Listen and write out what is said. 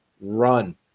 run